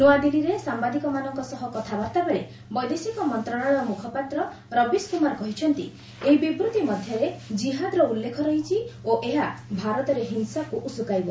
ନ୍ତଆଦିଲ୍ଲୀରେ ସାମ୍ବାଦିକମାନଙ୍କ ସହ କଥାବାର୍ତ୍ତା ବେଳେ ବୈଦେଶିକ ମନ୍ତ୍ରଣାଳୟ ମୁଖପାତ୍ର ରବିଶ କୁମାର କହିଛନ୍ତି ଏହି ବିବୃତ୍ତି ମଧ୍ୟରେ ଜିହାଦ୍ର ଉଲ୍ଲେଖ ରହିଛି ଓ ଏହା ଭାରତରେ ହିଂସାକୁ ଉସକାଇବ